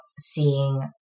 seeing